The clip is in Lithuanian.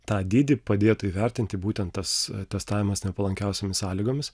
tą dydį padėtų įvertinti būtent tas testavimas nepalankiausiomis sąlygomis